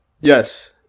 Yes